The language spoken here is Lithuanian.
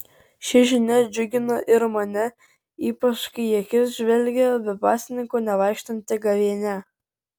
ši žinia džiugina ir mane ypač kai į akis žvelgia be pasninko nevaikštanti gavėnia